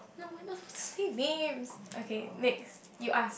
no we are not don't say names okay next you ask